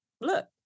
look